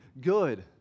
good